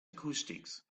acoustics